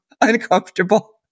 uncomfortable